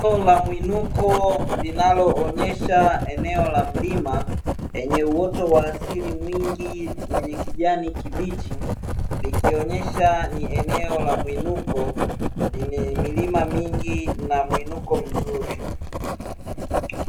Eneo la mwinuko linaloonyesha eneo la mlima lenye uoto wa asili mwingi wenye kijani kibichi, likionyesha ni eneo la mwinuko lenye milima mingi na mwinuko mzuri.